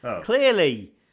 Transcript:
Clearly